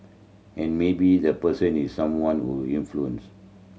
and maybe the person is someone of influence